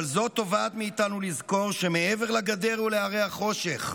אבל זו תובעת מאיתנו לזכור שמעבר לגדר ולהרי החושך,